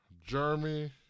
Jeremy